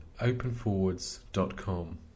openforwards.com